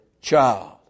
child